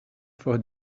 for